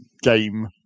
Game